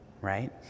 right